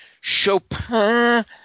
Chopin